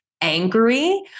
angry